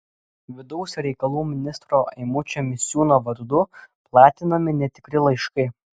vidaus reikalų ministro eimučio misiūno vardu platinami netikri laiškai